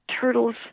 turtles